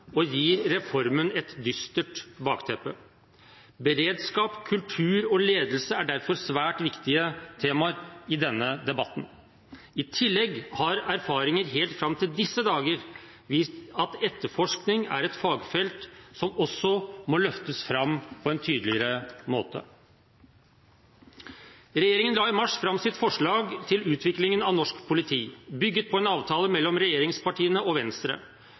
og gir reformen et dystert bakteppe. Beredskap, kultur og ledelse er derfor svært viktige temaer i denne debatten. I tillegg har erfaringer helt fram til disse dager vist at etterforskning er et fagfelt som også må løftes fram på en tydeligere måte. Regjeringen la i mars fram sitt forslag til utviklingen av norsk politi, bygd på en avtale mellom regjeringspartiene og Venstre.